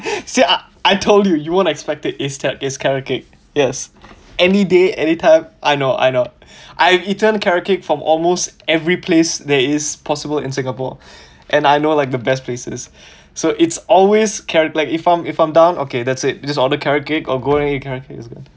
see I I told you you won't expect it it's uh it's carrot cake yes any day anytime I know I know I've eaten carrot cake from almost every place there is possible in singapore and I know like the best places so it's always carrot like if I'm if I'm down okay that's it just order carrot cake oh go ahead eat carrot cake